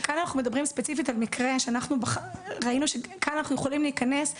כאן אנחנו מדברים ספציפית על מקרה שראינו שכאן אנחנו יכולים להיכנס,